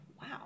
wow